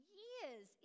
years